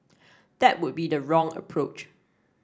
that would be the wrong approach